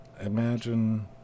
imagine